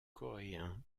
coréen